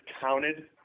counted